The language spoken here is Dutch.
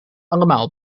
allemaal